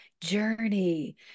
journey